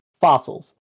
fossils